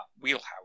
wheelhouse